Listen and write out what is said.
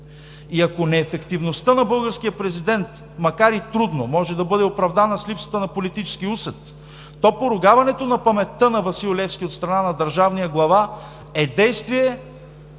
И ако неефективността на българския президент, макар и трудно, може да бъде оправдана с липсата на политически усет, то поругаването на паметта на Васил Левски от страна на държавния глава е действие,